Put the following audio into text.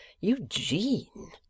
Eugene